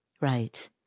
Right